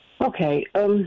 Okay